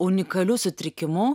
unikaliu sutrikimu